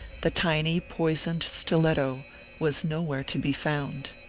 the tiny, poisoned stiletto was nowhere to be found.